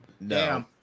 No